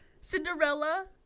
cinderella